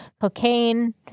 cocaine